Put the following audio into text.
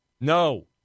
No